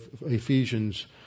Ephesians